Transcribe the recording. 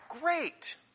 Great